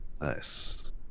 Nice